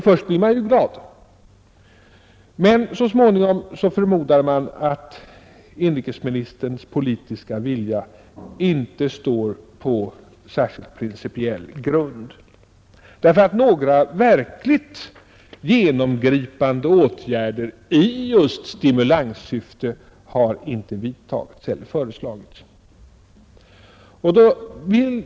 Först blir man ju glad — men så småningom förmodar man att inrikesministerns politiska vilja inte står på särskilt principiell grund, därför att några verkligt genomgripande åtgärder i just stimulanssyfte inte har vidtagits eller föreslagits.